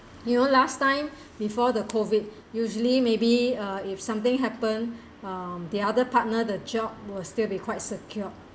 you know last time before the COVID usually maybe uh if something happened um the other partner the job will still be quite secured